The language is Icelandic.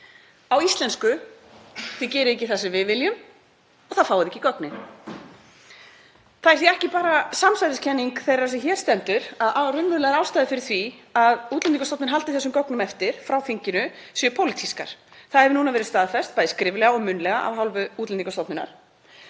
Á íslensku: Þið gerið ekki það sem við viljum og þá fáið þið ekki gögnin. Það er því ekki bara samsæriskenning þeirrar sem hér stendur að raunverulegar ástæður fyrir því að Útlendingastofnun haldi þessum gögnum eftir frá þinginu séu pólitískar. Nú hefur það verið staðfest bæði skriflega og munnlega af hálfu Útlendingastofnunar.